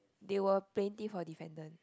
they were plenty for defendant